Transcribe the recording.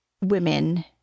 women